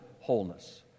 wholeness